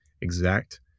exact